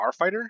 Starfighter